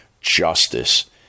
justice